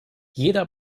jeder